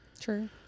true